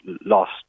lost